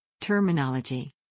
Terminology